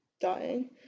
dying